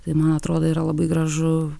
tai man atrodo yra labai gražu